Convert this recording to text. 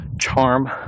charm